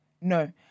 No